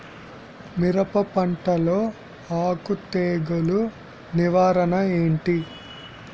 మిరప పంటలో ఆకు తెగులు నివారణ ఏంటి?